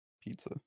pizza